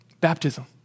Baptism